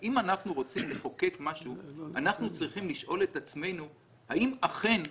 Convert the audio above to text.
אם אנחנו רוצים לחוקק משהו אנחנו צריכים לשאול את עצמנו האם אכן,